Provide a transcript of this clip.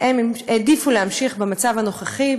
הם העדיפו להמשיך במצב הנוכחי,